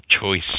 choice